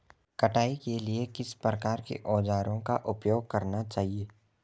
कटाई के लिए किस प्रकार के औज़ारों का उपयोग करना चाहिए?